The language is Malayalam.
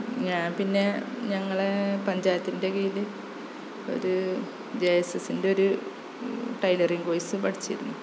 ഞാന് പിന്നെ ഞങ്ങളെ പഞ്ചായത്തിന്റെ കീഴില് ഒരു ജെ എസ് എസിന്റെ ഒരു ടൈലറിങ്ങ് കോഴ്സ് പഠിച്ചിരുന്നു